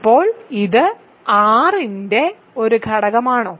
ഇപ്പോൾ ഇത് R ന്റെ ഒരു ഘടകമാണോ